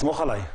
סמוך עליי.